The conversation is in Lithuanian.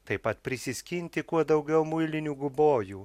taip pat prisiskinti kuo daugiau muilinių gubojų